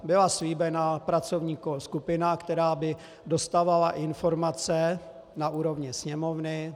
Byla slíbena pracovní skupina, která by dostávala informace na úrovni Sněmovny.